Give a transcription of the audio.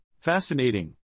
Fascinating